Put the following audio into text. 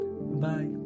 Bye